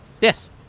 Yes